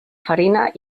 farina